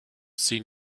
seen